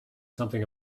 something